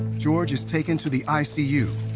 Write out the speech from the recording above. george is taken to the i c u.